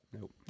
Nope